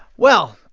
well,